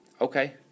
okay